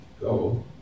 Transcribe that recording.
go